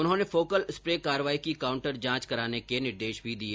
उन्होंने focal spray कार्यवाही की काउण्टर जांच करवाने के निर्देश भी दिए